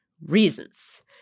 reasons